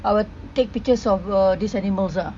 I will take pictures of uh these animals ah